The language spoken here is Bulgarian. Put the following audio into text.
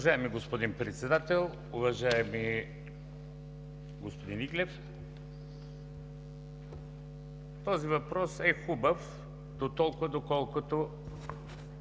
Уважаеми господин Председател! Уважаеми господин Иглев, този въпрос е хубав дотолкова, доколкото